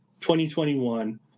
2021